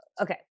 okay